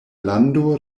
lando